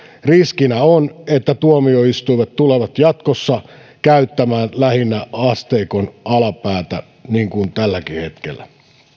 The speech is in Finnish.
riskinä on että tuomioistuimet tulevat jatkossa käyttämään lähinnä asteikon alapäätä niin kuin tälläkin hetkellä